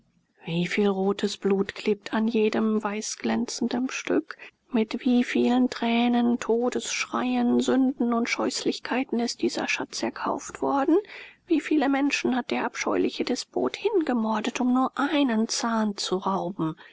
wie viel rotes blut klebt an jedem weißglänzenden stück mit wie vielen tränen todesschreien sünden und scheußlichkeiten ist dieser schatz erkauft worden wie viele menschen hat der abscheuliche despot hingemordet um nur einen zahn zu rauben